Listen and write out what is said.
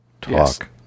Talk